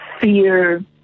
fear